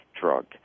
drug